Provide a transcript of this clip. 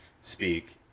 speak